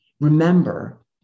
remember